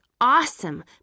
awesome